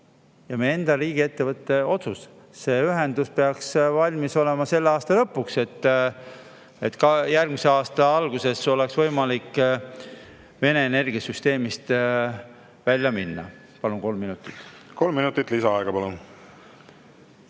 ja meie enda riigiettevõtte otsus. See ühendus peaks valmis olema selle aasta lõpuks, et järgmise aasta alguses oleks võimalik Vene energiasüsteemist välja minna. Palun kolm minutit juurde. Kolm minutit lisaaega, palun!